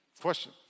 question